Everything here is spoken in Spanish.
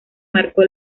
marcó